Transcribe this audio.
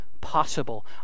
possible